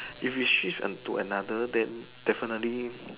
if we shift to another then definitely